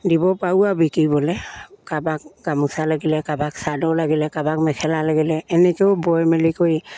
দিব পাৰোঁ আৰু বিকিবলৈ কাৰোবাক গামোচা লাগিলে কাৰোবাক চাদৰ লাগিলে কাৰোবাক মেখেলা লাগিলে এনেকৈও বৈ মেলি কৰি